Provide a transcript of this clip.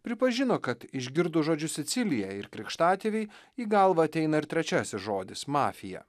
pripažino kad išgirdus žodžius sicilija ir krikštatėviai į galvą ateina ir trečiasis žodis mafija